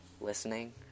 listening